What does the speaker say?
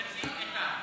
תגיד ברמקול.